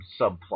subplot